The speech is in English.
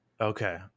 Okay